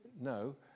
No